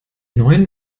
neuen